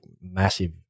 massive